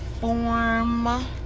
form